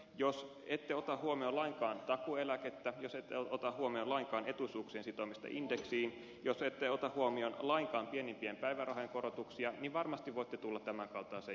jos ette ota huomioon lainkaan takuueläkettä jos ette ota huomioon lainkaan etuisuuksien sitomista indeksiin jos ette ota huomioon lainkaan pienimpien päivärahojen korotuksia niin varmasti voitte tulla tämän kaltaiseen johtopäätökseen